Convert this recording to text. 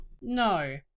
no